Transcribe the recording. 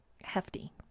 hefty